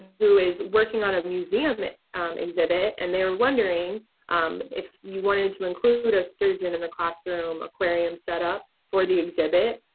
who is working on a museum exhibit, and they're wondering um if you wanted to include a sturgeon in the classroom aquarium setup for the exhibit.